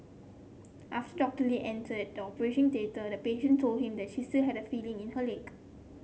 after Doctor Lee entered a theatre the patient told him that she say had feeling in her leg